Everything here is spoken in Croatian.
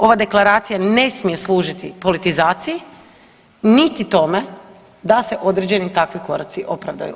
Ova deklaracija ne smije služiti politizaciji niti tome da se određeni takvi koraci opravdaju.